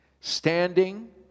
Standing